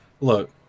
look